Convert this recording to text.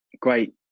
great